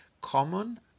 common